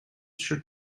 should